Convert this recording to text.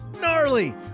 gnarly